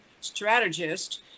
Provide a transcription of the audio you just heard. strategist